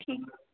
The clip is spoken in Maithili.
ठीक